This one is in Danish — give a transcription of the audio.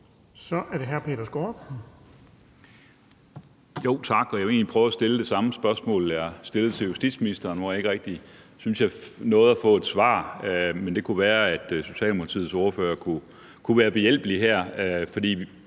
Kl. 10:51 Peter Skaarup (DF): Tak. Jeg vil egentlig prøve at stille det samme spørgsmål, jeg stillede til justitsministeren, hvor jeg ikke rigtig synes jeg nåede at få et svar, men det kunne være, at Socialdemokratiets ordfører kunne være behjælpelig her. For